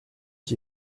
qui